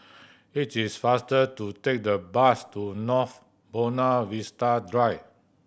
it is faster to take the bus to North Buona Vista Drive